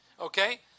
Okay